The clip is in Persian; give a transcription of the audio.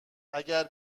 اگر